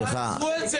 תעצרו את זה.